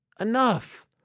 Enough